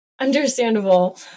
Understandable